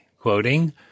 quoting